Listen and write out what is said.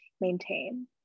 maintain